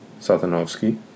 Satanovsky